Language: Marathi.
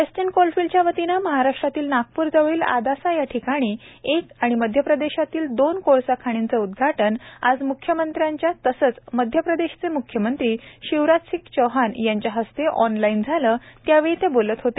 वेस्टर्न कोलफिल्डच्यावतीने महाराष्ट्रातील नागपूर जवळील आदासा याठिकाणी एक आणि मध्यप्रदेशातील दोन कोळसा खाणींचे उदघाटन आज म्ख्यमंत्र्यांच्या तसेच मध्यप्रदेशचे म्ख्यमंत्री शिवराज सिंह चौहान यांच्या हस्ते ऑनलाईन झाले त्यावेळी ते बोलत होते